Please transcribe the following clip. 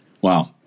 Wow